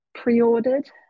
pre-ordered